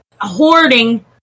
hoarding